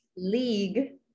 league